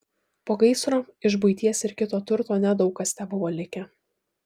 po gaisro iš buities ir kito turto nedaug kas tebuvo likę